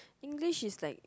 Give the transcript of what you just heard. English is like